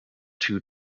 two